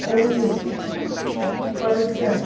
omni pulsar